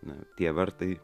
na tie vartai